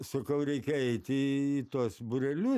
sakau reikia eiti į tuos būrelius